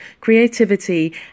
creativity